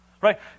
right